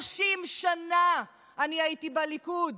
30 שנה אני הייתי בליכוד,